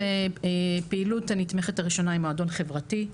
הפעילות הנתמכת הראשונה היא מועדון חברתי,